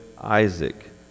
Isaac